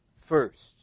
First